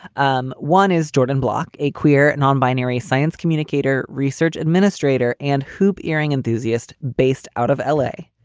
um one is jordan block, a queer non-binary science communicator, research administrator and hoop earring enthusiast based out of l a.